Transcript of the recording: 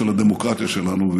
של הדמוקרטיה שלנו,